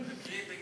תקריאי.